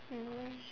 mm